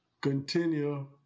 Continue